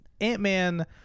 Ant-Man